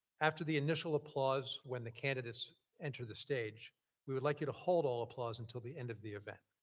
after the initial applause when the candidates enter the stage we would like you to halt all applause until the end of the event.